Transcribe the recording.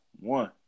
One